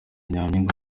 nyampinga